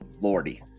Lordy